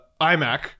iMac